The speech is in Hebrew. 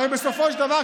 הרי בסופו של דבר,